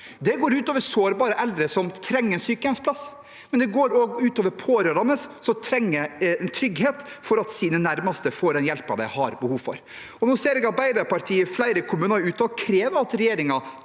Det går ut over sårbare eldre som trenger en sykehjemsplass, men det går også ut over pårørende som trenger trygghet for at deres nærmeste får den hjelpen de har behov for. Og nå ser jeg at Arbeiderpartiet i flere kommuner er ute og krever at regjeringen